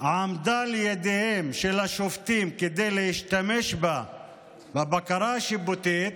עמדה לרשותם של השופטים כדי להשתמש בה בבקרה השיפוטית,